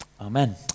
Amen